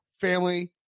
family